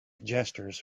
gestures